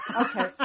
Okay